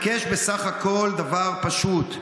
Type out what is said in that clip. איש שמבקש בסך הכול דבר פשוט: